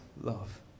love